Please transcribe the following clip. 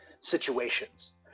situations